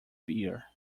beer